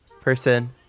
person